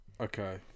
Okay